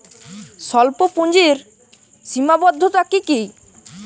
স্বল্পপুঁজির সীমাবদ্ধতা কী কী?